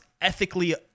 ethically